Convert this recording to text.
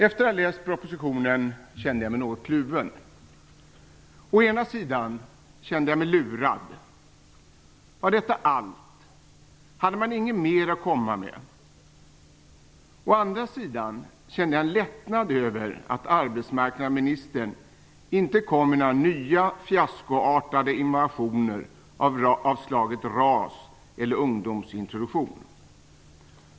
Efter att ha läst propositionen kände jag mig något kluven. Å ena sidan kände jag mig lurad. Var detta allt? Hade man inget mer att komma med? Å andra sidan kände jag en lättnad över att arbetsmarknadsministern inte kom med några nya fiaskoartade innovationer av slaget RAS eller ungdomsintroduktion.